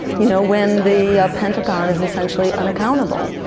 you know when the pentagon is essentially unaccountable.